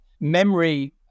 Memory